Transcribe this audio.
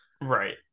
Right